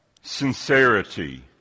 sincerity